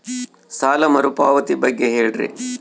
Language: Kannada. ಸಾಲ ಮರುಪಾವತಿ ಬಗ್ಗೆ ಹೇಳ್ರಿ?